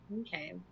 Okay